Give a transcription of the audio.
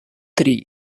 три